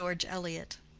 by george eliot